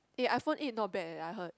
uh iPhone eight not bad I heard